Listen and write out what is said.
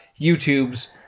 YouTube's